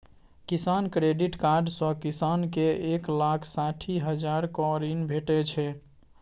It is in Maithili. किसान क्रेडिट कार्ड सँ किसान केँ एक लाख साठि हजारक ऋण भेटै छै